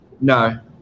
No